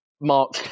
Mark